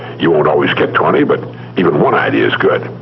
you won't always get twenty, but even one idea is good.